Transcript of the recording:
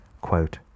quote